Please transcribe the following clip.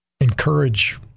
encourage